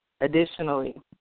Additionally